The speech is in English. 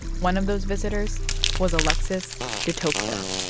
one of those visitors was alexis de tocqueville.